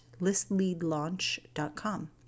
listleadlaunch.com